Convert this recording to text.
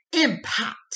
impact